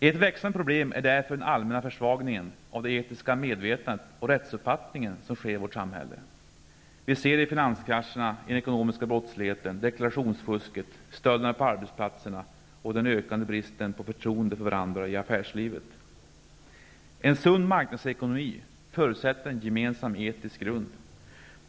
Ett växande problem är därför den allmänna försvagning av det etiska medvetandet och av rättsuppfattningen som sker i vårt samhälle. Vi ser det i finanskrascherna, i den ekonomiska brottsligheten, i deklarationsfusket, i stölderna på arbetsplatserna och i den ökande bristen på förtroende för varandra i affärslivet. En sund marknadsekonomi förutsätter en gemensam etisk grund.